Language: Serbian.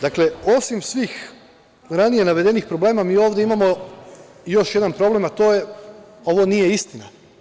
Dakle, osim svih ranije navedenih problema mi ovde imamo i još jedan problem, a to je ovo nije istina.